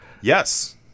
Yes